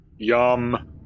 Yum